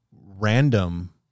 random